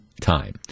time